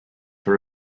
for